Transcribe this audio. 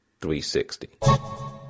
360